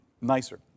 nicer